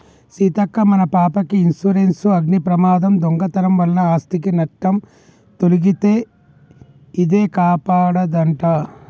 సీతక్క మన పాపకి ఇన్సురెన్సు అగ్ని ప్రమాదం, దొంగతనం వలన ఆస్ధికి నట్టం తొలగితే ఇదే కాపాడదంట